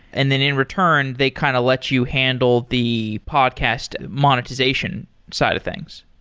and then, in return, they kind of let you handle the podcast monetization side of things.